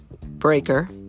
Breaker